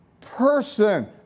person